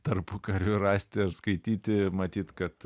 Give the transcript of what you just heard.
tarpukariu rasti ar skaityti matyt kad